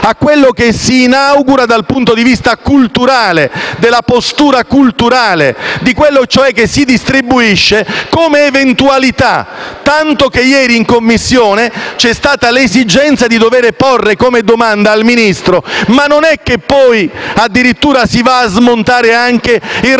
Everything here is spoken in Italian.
a quello che si inaugura dal punto di vista della postura culturale, di quello cioè che si distribuisce come eventualità; tanto che ieri in Commissione c'è stata l'esigenza di dover porre come domanda al Ministro: ma non è che poi, addirittura, si va a smontare anche il